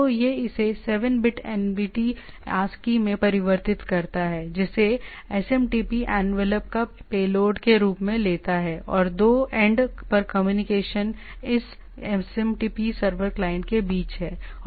तो यह इसे 7 बिट एनवीटी आस्की में परिवर्तित करता है जिसे एसएमटीपी एनवेलप एक पेलोड के रूप में लेता है और 2 एंड पर कम्युनिकेशन इस एसएमटीपी सर्वर क्लाइंट के बीच है